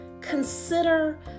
consider